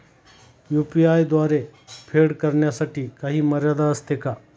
UPI द्वारे फेड करण्यासाठी काही मर्यादा असते का?